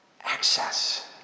access